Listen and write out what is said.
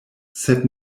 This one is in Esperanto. sed